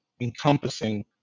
encompassing